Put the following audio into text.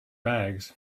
bags